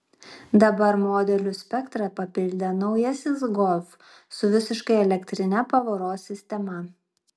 dabar modelių spektrą papildė naujasis golf su visiškai elektrine pavaros sistema